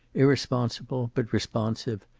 irresponsible but responsive,